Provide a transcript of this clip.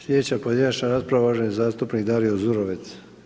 Slijedeća pojedinačna rasprava uvaženi zastupnik Dario Zurovec.